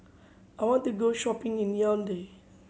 I want to go shopping in Yaounde